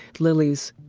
lilies.